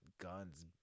guns